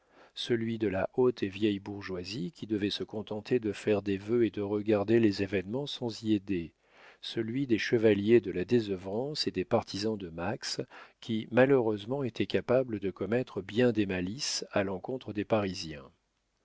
celui de la haute et vieille bourgeoisie qui devait se contenter de faire des vœux et de regarder les événements sans y aider celui des chevaliers de la désœuvrance et des partisans de max qui malheureusement étaient capables de commettre bien des malices à l'encontre des parisiens